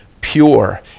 pure